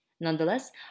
Nonetheless